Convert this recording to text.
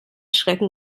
schrecken